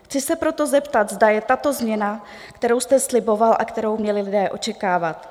Chci se proto zeptat, zda je tato změna, kterou jste sliboval a kterou měli lidé očekávat?